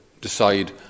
decide